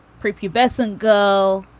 prepubescent girl,